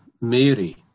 Mary